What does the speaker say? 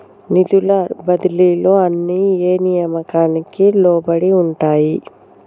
నిధుల బదిలీలు అన్ని ఏ నియామకానికి లోబడి ఉంటాయి?